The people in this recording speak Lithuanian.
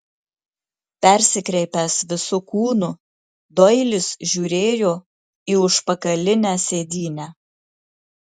persikreipęs visu kūnu doilis žiūrėjo į užpakalinę sėdynę